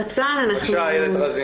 רזין,